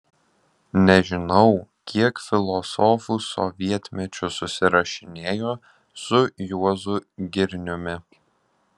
nežinau kiek filosofų sovietmečiu susirašinėjo su juozu girniumi